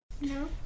No